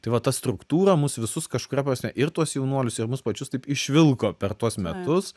tai va ta struktūra mus visus kažkuria prasme ir tuos jaunuolius ir mus pačius taip išvilko per tuos metus